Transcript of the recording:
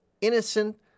innocent